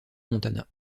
montana